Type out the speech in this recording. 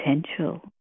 potential